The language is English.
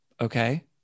Okay